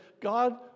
God